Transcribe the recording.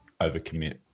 overcommit